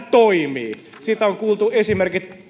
toimii siitä on kuultu esimerkit